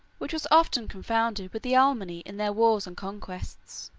which was often confounded with the alemanni in their wars and conquests.